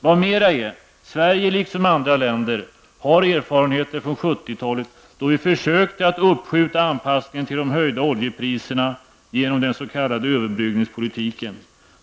Vad mera är -- Sverige, liksom andra länder, har erfarenheter från 70-talet, då vi försökte att uppskjuta anpassningen till de höjda oljepriserna genom den s.k. överbryggningspolitiken.